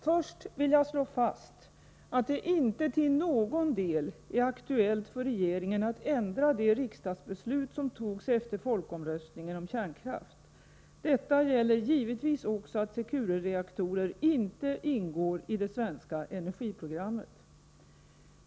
Först vill jag slå fast att det inte till någon del är aktuellt för regeringen att ändra de riksdagsbeslut som togs efter folkomröstningen om kärnkraft. Detta gäller givetvis också att Securereaktorer inte ingår i det svenska energiprogrammet.